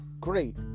Great